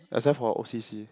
except for o_c_c